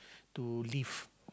to leave